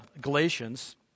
Galatians